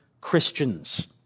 Christians